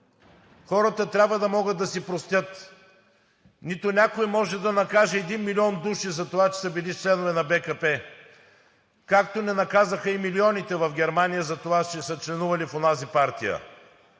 Хората трябва да могат да си простят. Нито някой може да накаже един милион души за това, че са били членове на БКП, както не наказаха и милионите в Германия за това, че са членували в онази партия.